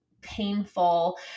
painful